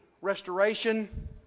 restoration